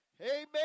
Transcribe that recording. Amen